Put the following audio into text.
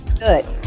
Good